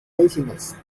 laziness